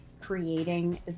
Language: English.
creating